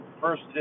First